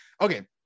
Okay